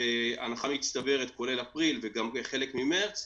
בהנחה מצטברת, כולל אפריל וגם חלק ממרץ,